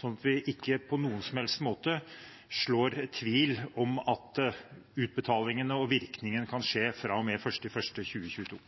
sånn at vi ikke på noen som helst måte sår tvil om at utbetalingene og virkningene kan skje fra og med 1. januar 2022.